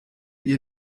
ihr